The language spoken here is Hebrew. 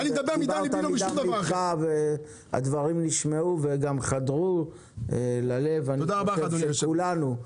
דיברת מדם ליבך והדברים נשמעו וגם חדרו ללב של כולנו.